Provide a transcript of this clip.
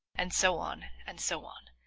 and so on, and so on.